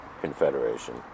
Confederation